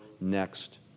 next